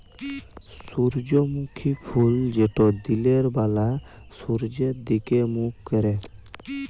সূর্যমুখী ফুল যেট দিলের ব্যালা সূর্যের দিগে মুখ ক্যরে